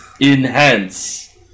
Enhance